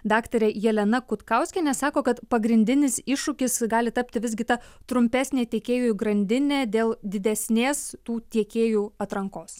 daktarė jelena kutkauskienė sako kad pagrindinis iššūkis gali tapti visgi ta trumpesnė tiekėjų grandinė dėl didesnės tų tiekėjų atrankos